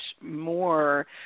more